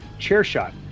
CHAIRSHOT